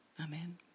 Amen